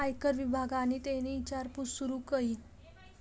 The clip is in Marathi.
आयकर विभागनि तेनी ईचारपूस सूरू कई